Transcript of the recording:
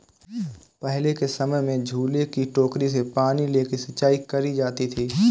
पहले के समय में झूले की टोकरी से पानी लेके सिंचाई करी जाती थी